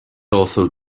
also